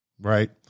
right